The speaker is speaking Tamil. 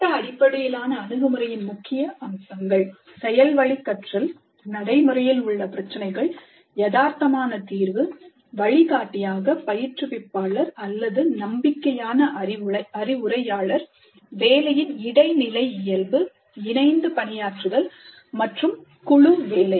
திட்ட அடிப்படையிலான அணுகுமுறையின் முக்கிய அம்சங்கள் செயல்வழிக் கற்றல் நடைமுறையில் உள்ள பிரச்சினைகள் எதார்த்தமான தீர்வு வழிகாட்டியாக பயிற்றுவிப்பாளர்நம்பிக்கையான அறிவுரையாளர் வேலையின் இடைநிலை இயல்பு இணைந்து பணியாற்றுதல் மற்றும் குழு வேலை